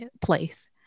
place